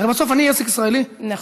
הרי בסוף, אני עסק ישראלי, נכון.